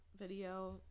video